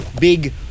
big